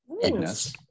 Yes